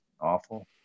awful